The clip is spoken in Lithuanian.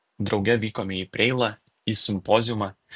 drauge vykome į preilą į simpoziumą